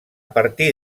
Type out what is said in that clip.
partir